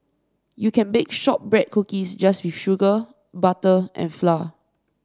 you can bake shortbread cookies just with sugar butter and flour